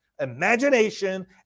imagination